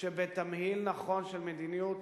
שבתמהיל נכון של מדיניות,